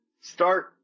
Start